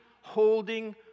holding